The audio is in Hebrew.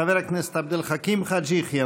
חבר הכנסת עבד אל חכים חאג' יחיא,